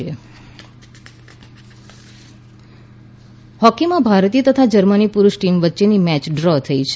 hockey હોકીમાં ભારતીય તથા જર્મની પુરુષ ટીમ વચ્ચેની મેચ ડ્રો થઇ છે